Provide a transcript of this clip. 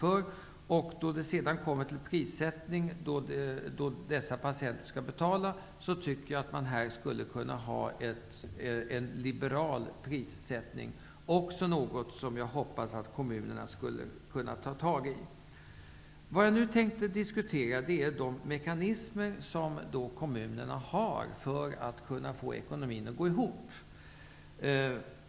Jag tycker att prissättningen av vården för dessa patienter skall vara liberal. Det är också något som jag hoppas att kommunerna skall ta tag i. Jag tänkte nu diskutera de mekanismer som kommunerna har för att få ekonomin att gå ihop.